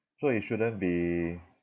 so it shouldn't be